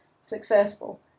successful